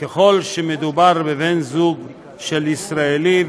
ככל שמדובר בבן זוג של ישראלי,